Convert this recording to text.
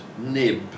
nib